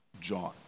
John